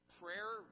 prayer